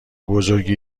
بزرگی